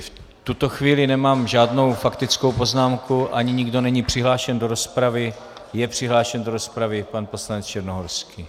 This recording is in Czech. V tuto chvíli nemám žádnou faktickou poznámku a ani nikdo není přihlášen do rozpravy je přihlášen do rozpravy pan poslanec Černohorský.